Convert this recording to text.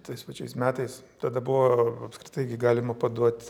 tais pačiais metais tada buvo apskritai gi galima paduot